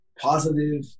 positive